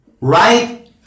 right